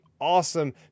awesome